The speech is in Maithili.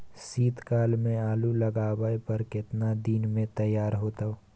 शीत काल में आलू लगाबय पर केतना दीन में तैयार होतै?